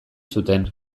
zuten